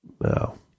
No